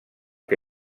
que